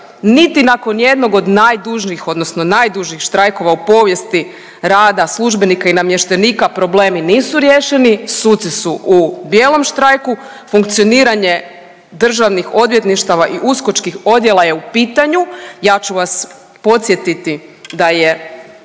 niti nakon jednog od najdužnijih odnosno najdužih štrajkova u povijesti rada službenika i namještenika, problemi nisu riješeni, suci su u bijelom štrajku, funkcioniranje državnih odvjetništava i uskočkih odjela je u pitanju. Ja ću vas podsjetiti da je